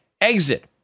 exit